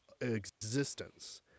existence